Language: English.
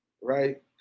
right